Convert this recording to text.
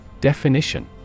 Definition